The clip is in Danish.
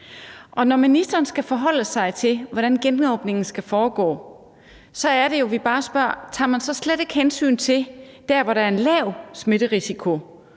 når ministeren skal forholde sig til, hvordan genåbningen skal foregå, så er det jo, at vi bare spørger: Tager man så slet ikke hensyn til der, hvor der er en lav smitterisiko,